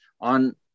on